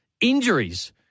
injuries